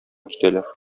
китәләр